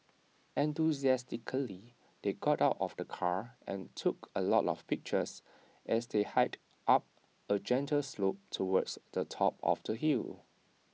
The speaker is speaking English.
enthusiastically they got out of the car and took A lot of pictures as they hiked up A gentle slope towards the top of the hill